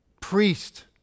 priest